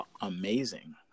amazing